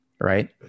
Right